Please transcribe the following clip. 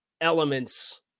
elements